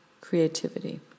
creativity